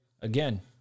again